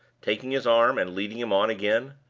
taking his arm, and leading him on again.